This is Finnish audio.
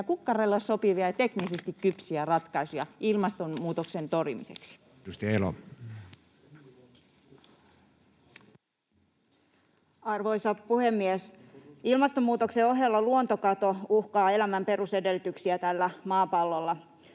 kukkarolle sopivia ja teknisesti kypsiä ratkaisuja ilmastonmuutoksen torjumiseksi. Edustaja Elo. Arvoisa puhemies! Ilmastonmuutoksen ohella luontokato uhkaa elämän perusedellytyksiä tällä maapallolla.